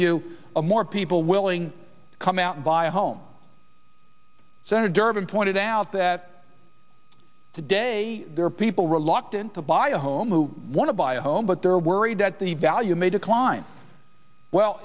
view of more people willing to come out and buy a home senator durbin pointed out that today there are people reluctant to buy a home who want to buy a home but they're worried that the value may decline well